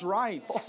rights